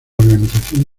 organización